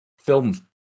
film